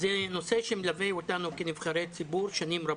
זה נושא שמלווה אותנו כנבחרי ציבור שנים רבות.